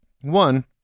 one